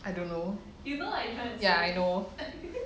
I don't know ya I know